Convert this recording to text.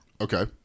Okay